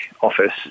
office